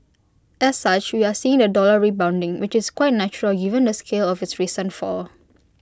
as such we are seeing the dollar rebounding which is quite natural given the scale of its recent fall